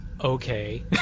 Okay